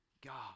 God